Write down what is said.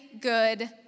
good